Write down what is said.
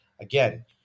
Again